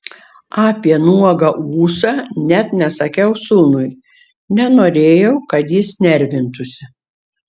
apie nuogą ūsą net nesakiau sūnui nenorėjau kad jis nervintųsi